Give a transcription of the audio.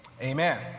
amen